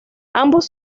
ambos